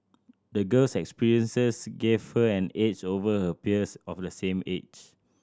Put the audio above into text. the girl's experiences gave her an edge over her peers of the same age